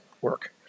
work